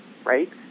Right